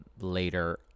Later